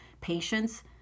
Patients